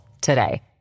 today